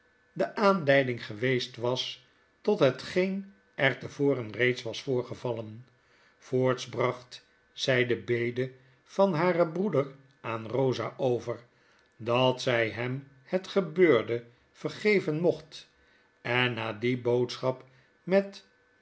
de aanleiding geweest was tot hetgeen er te voren reeds was voorgevallen voorts bracht zy de bede van haren broeder aan eosa over dat zy hem het gebeurde vergeven mocht en na die boodschap met